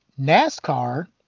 NASCAR